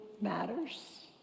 matters